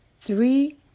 three